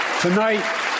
Tonight